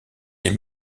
les